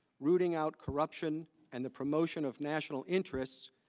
rooting out corruption and the promotion of national interest.